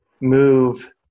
move